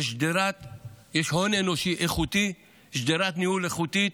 יש הון אנושי איכותי, שדרת ניהול איכותית.